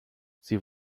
sie